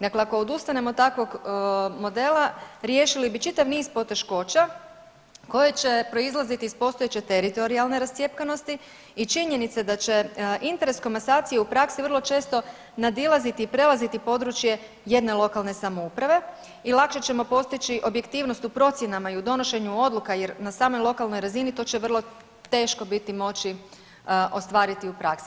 Dakle, ako odustanemo od takvog modela riješili bi čitav niz poteškoća koje će proizlaziti iz postojeće teritorijalne rascjepkanosti i činjenice da će interes komasacije u praksi vrlo često nadilaziti i prelaziti područje jedne lokalne samouprave i lakše ćemo postići objektivnost u procjenama i u donošenju odluka jer na samoj lokalnoj razni to će vrlo teško biti moći ostvariti u praksi.